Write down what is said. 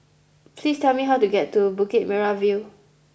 please tell me how to get to Bukit Merah View